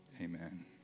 Amen